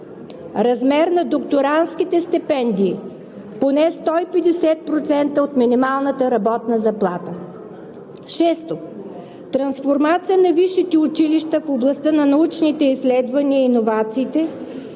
Размер на докторантските стипендии – поне 150% от минималната работна заплата. 6. Трансформация на висшите училища в областта на научните изследвания и иновациите